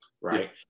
right